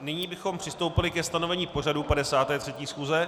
Nyní bychom přistoupili ke stanovení pořadu 53. schůze.